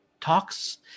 talks